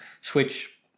switch